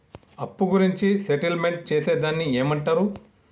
అప్పు గురించి సెటిల్మెంట్ చేసేదాన్ని ఏమంటరు?